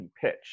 pitch